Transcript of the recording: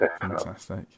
Fantastic